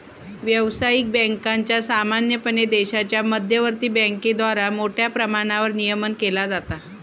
व्यावसायिक बँकांचा सामान्यपणे देशाच्या मध्यवर्ती बँकेद्वारा मोठ्या प्रमाणावर नियमन केला जाता